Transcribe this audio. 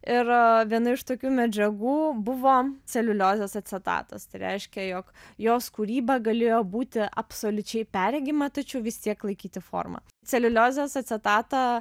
ir viena iš tokių medžiagų buvo celiuliozės acetatas tai reiškia jog jos kūryba galėjo būti absoliučiai perregima tačiau vis tiek laikyti formą celiuliozės acetatą